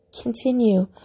continue